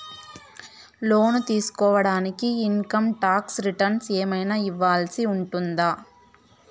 లోను తీసుకోడానికి income tax returns ఏమన్నా ఇవ్వాల్సి ఉంటుందా